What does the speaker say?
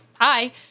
hi